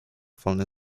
wolnym